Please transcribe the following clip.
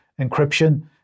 encryption